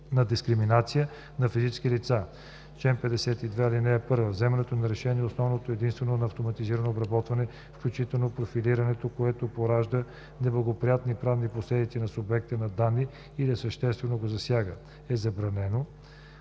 на дискриминация на физическите лица. Чл. 52. (1) Вземането на решение, основано единствено на автоматизирано обработване, включително профилиране, което поражда неблагоприятни правни последици за субекта на данните или съществено го засяга, е забранено,